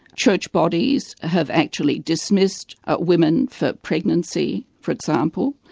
church bodies have actually dismissed ah women for pregnancy, for example,